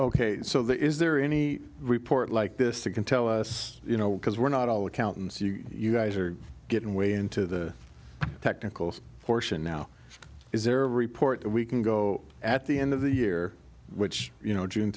ok so that is there any report like this it can tell us you know because we're not all accountants you guys are getting way into the technical portion now is there a report that we can go at the end of the year which you know june